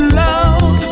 love